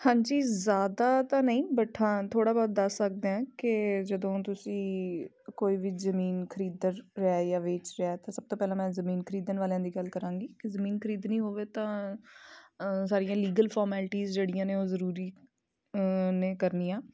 ਹਾਂਜੀ ਜ਼ਿਆਦਾ ਤਾਂ ਨਹੀਂ ਬਟ ਹਾਂ ਥੋੜ੍ਹਾ ਬਹੁਤ ਦੱਸ ਸਕਦੇ ਹਾਂ ਕਿ ਜਦੋਂ ਤੁਸੀਂ ਕੋਈ ਵੀ ਜਮੀਨ ਖਰੀਦਣ ਰਿਹਾ ਜਾਂ ਵੇਚ ਰਿਹਾ ਤਾਂ ਸਭ ਤੋਂ ਪਹਿਲਾਂ ਮੈਂ ਜਮੀਨ ਖਰੀਦਣ ਵਾਲਿਆਂ ਦੀ ਗੱਲ ਕਰਾਂਗੀ ਜਮੀਨ ਖਰੀਦਣੀ ਹੋਵੇ ਤਾਂ ਸਾਰੀਆਂ ਲੀਗਲ ਫੋਰਮੈਲਿਟੀਜ਼ ਜਿਹੜੀਆਂ ਨੇ ਉਹ ਜ਼ਰੂਰੀ ਨੇ ਕਰਨੀਆਂ